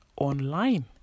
online